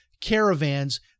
caravans